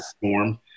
form